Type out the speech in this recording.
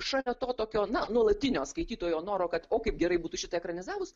šalia to tokio na nuolatinio skaitytojo noro kad o kaip gerai būtų šitą ekranizavus